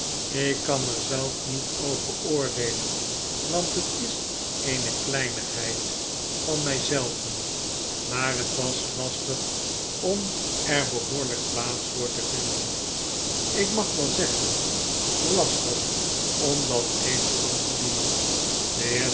ik kan er zelf niet over oordeelen want het is eene kleinigheid van my zelven maar het was lastig om er behoorlyk plaats voor te vinden ik mag wel zeggen lastig om dat elegant te doen